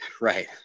right